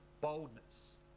boldness